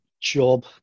job